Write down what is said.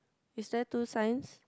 is there two signs